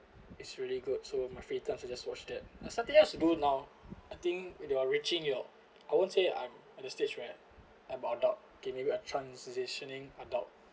it's really good so my free times I just watch that uh something else to do now I think if you are reaching your I won't say I'm at the stage where I'm a adult okay maybe I'm transitioning adult